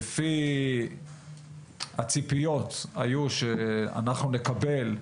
לפי הציפיות היו שאנחנו נקבל,